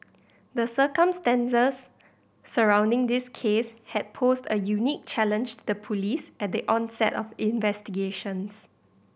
the circumstances surrounding this case had posed a unique challenge to the police at the onset of investigations